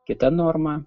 kita norma